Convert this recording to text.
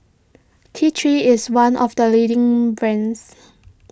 T three is one of the leading brands